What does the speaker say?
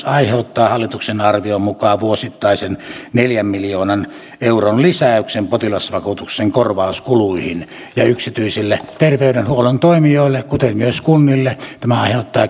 aiheuttaa hallituksen arvion mukaan vuosittaisen neljän miljoonan euron lisäyksen potilasvakuutuksen korvauskuluihin ja yksityisille terveydenhuollon toimijoille kuten myös kunnille tämä aiheuttaa